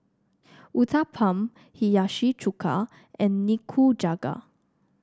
Uthapam Hiyashi Chuka and Nikujaga